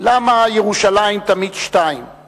"למה ירושלים תמיד שתיים /